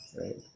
right